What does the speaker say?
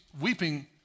weeping